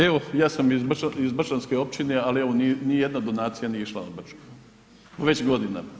Evo ja sam iz Brčanske općine ali evo ni jedna donacija nije išla na Brčko, već godinama.